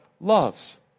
loves